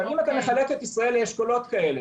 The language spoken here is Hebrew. אם אתה מחלק את ישראל לאשכולות כאלה,